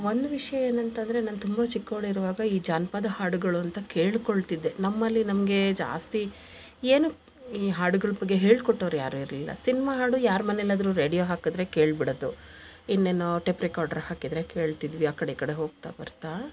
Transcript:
ಒಂದು ವಿಷಯ ಏನಂತಂದರೆ ನಾನು ತುಂಬಾ ಚಿಕ್ಕವಳಿರುವಾಗ ಈ ಜಾನಪದ ಹಾಡುಗಳು ಅಂತ ಕೇಳ್ಕೋಳ್ತಿದ್ದೆ ನಮ್ಮಲ್ಲಿ ನಮಗೆ ಜಾಸ್ತಿ ಏನು ಈ ಹಾಡುಗಳ ಬಗ್ಗೆ ಹೇಳ್ಕೊಟ್ಟವ್ರು ಯಾರು ಇರಲಿಲ್ಲ ಸಿನಿಮಾ ಹಾಡು ಯಾರ ಮನೆಲ್ಲಾದರೂ ರೇಡಿಯೋ ಹಾಕದ್ರೆ ಕೇಳ್ಬಿಡದು ಇನ್ನೇನು ಟೇಪ್ರಿಕೋರ್ಡರ್ ಹಾಕಿದ್ದರೆ ಕೇಳ್ತಿದ್ವಿ ಆ ಕಡೆ ಈ ಕಡೆ ಹೋಗ್ತಾ ಬರ್ತಾ